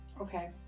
Okay